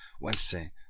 Wednesday